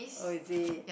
oh is it